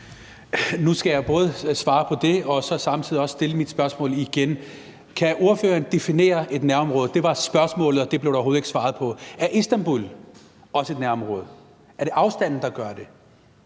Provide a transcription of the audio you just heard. Nu skal jeg både svare på det og samtidig også stille mit spørgsmål igen. Kan ordføreren definere et nærområde? Det var spørgsmålet, og det blev der overhovedet ikke svaret på. Er Istanbul også et nærområde? Er det afstanden, der afgør det,